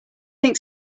think